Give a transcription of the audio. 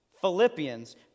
Philippians